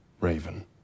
raven